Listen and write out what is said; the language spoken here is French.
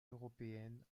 européennes